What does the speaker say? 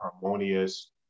harmonious